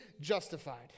justified